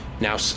now